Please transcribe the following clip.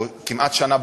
או כמעט שנה,